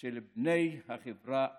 של בני החברה הדרוזית.